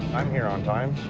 i'm here on time